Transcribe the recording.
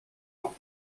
ans